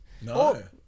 No